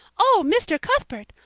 oh, mr. cuthbert!